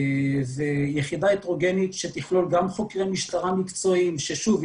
ויחידה הטרוגנית שתכלול גם חוקרי משטרה מקצועיים ששוב,